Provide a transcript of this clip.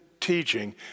teaching